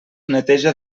neteja